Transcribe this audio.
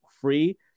free